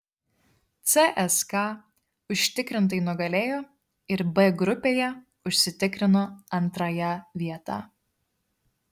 cska užtikrintai nugalėjo ir b grupėje užsitikrino antrąją vietą